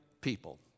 people